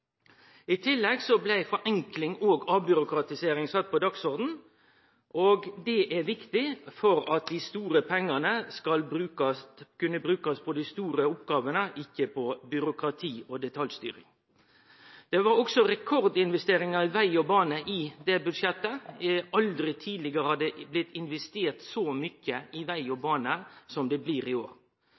I tillegg blei forenkling og avbyråkratisering satt på dagsordenen. Det er viktig for at dei store pengane skal kunne brukast på dei store oppgåvene, ikkje på byråkrati og detaljstyring. Det var også rekordinvesteringar i veg og bane i det budsjettet. Aldri tidlegare har det blitt investert så mykje i veg og bane som det blir i år.